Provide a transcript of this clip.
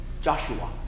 Joshua